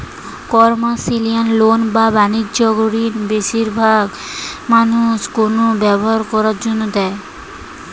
commercial loan বা বাণিজ্যিক ঋণ বেশিরবাগ মানুষ কোনো ব্যবসা করার জন্য নেয়